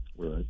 Right